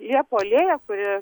liepų alėją kuri